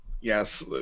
Yes